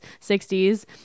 60s